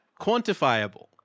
quantifiable